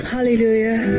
Hallelujah